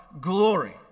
glory